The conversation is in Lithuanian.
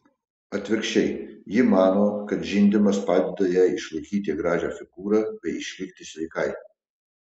atvirkščiai ji mano kad žindymas padeda jai išlaikyti gražią figūrą bei išlikti sveikai